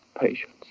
patience